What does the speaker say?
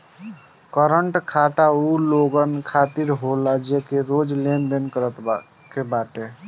current खाता उ लोगन खातिर होला जेके रोज लेनदेन करे के बाटे